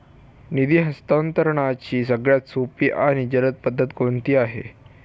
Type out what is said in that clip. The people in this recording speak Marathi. निधी हस्तांतरणाची सगळ्यात सोपी आणि जलद पद्धत कोणती आहे?